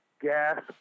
gas